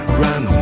run